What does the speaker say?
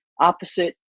opposite